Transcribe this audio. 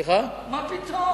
מה פתאום?